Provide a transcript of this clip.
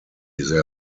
there